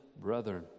brethren